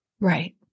Right